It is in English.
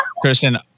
Christian